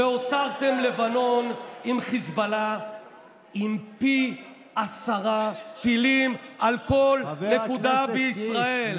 והותרם לבנון עם חיזבאללה ועם פי עשרה טילים על כל נקודה בישראל.